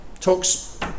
talks